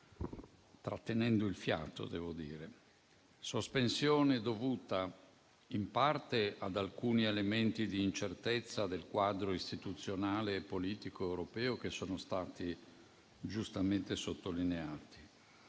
trattenendo il fiato, devo dire. Sospensione dovuta in parte ad alcuni elementi di incertezza del quadro istituzionale e politico europeo, che sono stati giustamente sottolineati.